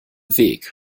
weg